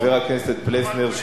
חבר הכנסת פלסנר,